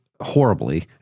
horribly